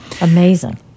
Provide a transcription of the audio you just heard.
Amazing